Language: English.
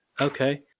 okay